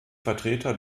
vertreter